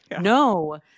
No